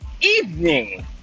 evening